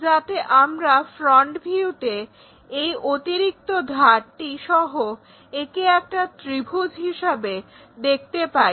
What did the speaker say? যাতে আমরা ফ্রন্ট ভিউতে এই অতিরিক্ত ধারটি সহ একে একটা ত্রিভুজ হিসাবে দেখতে পাই